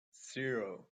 zero